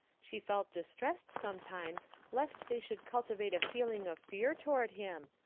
she felt distressed sometimes lest they should cultivate a feeling of fear toward him.